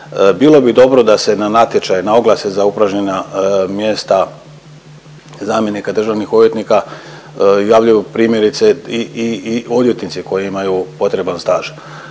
Bilo bi dobro da se na natječaj na oglase za upražnjena mjesta zamjenika državnih odvjetnika javljaju primjerice i odvjetnici koji imaju potreban staž.